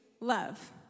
love